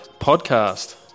Podcast